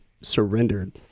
surrendered